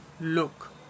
look